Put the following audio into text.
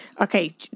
okay